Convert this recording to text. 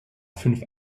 fünf